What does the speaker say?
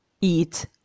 eat